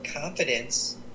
confidence